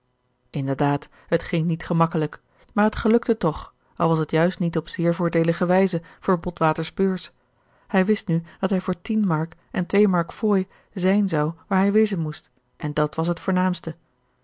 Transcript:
inderdaad het ging niet gemakkelijk maar het gelukte toch al was het juist niet op zeer voordeelige wijze voor botwaters beurs hij wist nu dat hij voor tien mark en twee mark fooi zijn zou waar hij wezen moest en dat was het voornaamste